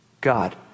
God